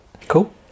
cool